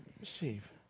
Receive